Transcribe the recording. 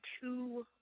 two